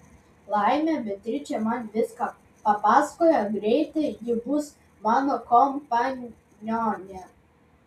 laimė beatričė man viską papasakoja greitai ji bus mano kompanionė